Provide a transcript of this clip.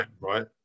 right